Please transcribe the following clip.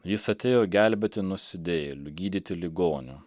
jis atėjo gelbėti nusidėjėlių gydyti ligonių